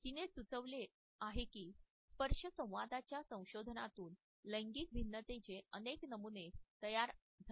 तिने सुचवले आहे की स्पर्श संवादाच्या संशोधनातून लैंगिक भिन्नतेचे अनेक नमुने तयार झाले आहेत